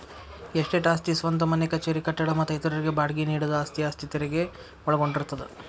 estate ಆಸ್ತಿ ಸ್ವಂತ ಮನೆ ಕಚೇರಿ ಕಟ್ಟಡ ಮತ್ತ ಇತರರಿಗೆ ಬಾಡ್ಗಿ ನೇಡಿದ ಆಸ್ತಿ ಆಸ್ತಿ ತೆರಗಿ ಒಳಗೊಂಡಿರ್ತದ